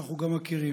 אנחנו גם מכירים.